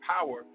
power